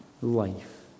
life